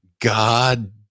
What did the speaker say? God